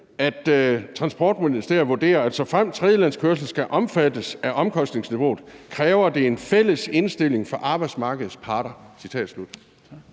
at Transportministeriet vurderer, at såfremt tredjelandskørsel skal omfattes af omkostningsniveauet, kræver det en fælles indstilling fra arbejdsmarkedets parter.